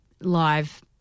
live